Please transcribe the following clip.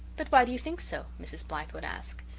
but why do you think so? mrs. blythe would ask.